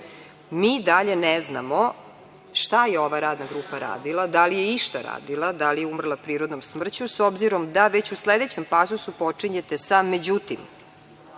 i dalje ne znamo šta je ova radna grupa radila, da li je išta radila, da li je umrla prirodnom smrću, s obzirom da već u sledećem pasusu počinjete sa međutim,